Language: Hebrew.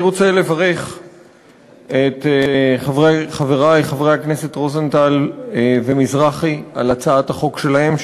אני רוצה לברך את חברי חברי הכנסת רוזנטל ומזרחי על הצעת החוק שלהם,